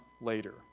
later